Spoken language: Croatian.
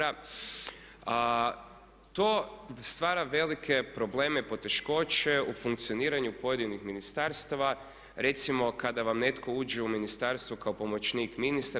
A to stvara velike probleme i poteškoće u funkcioniranju pojedinih ministarstava, recimo kada vam netko uđe u ministarstvo kao pomoćnik ministra.